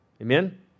Amen